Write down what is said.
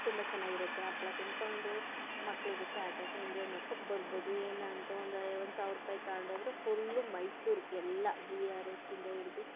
ತುಂಬ ಚೆನ್ನಾಗಿರುತ್ತೆ ಹಪ್ಳ ತಿನ್ಕೊಂಡು ಮಕ್ಳ ಜೊತೆ ಆಟ ಆಡ್ಕೊಂಡು ಎಂಜಾಯ್ ಮಾಡ್ಕೊಂಡು ಬರ್ಬೋದು ಏನು ಅಂತ ಒಂದು ಒಂದ್ಸಾವ್ರ ರೂಪಾಯಿ ತಗೊಂಡು ಹೋದ್ರೆ ಫುಲ್ಲು ಮೈಸೂರು ಎಲ್ಲ ಜಿ ಆರ್ ಎಸ್ಯಿಂದ ಹಿಡ್ದು